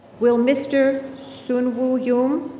will mr. sunwoo youm,